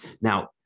Now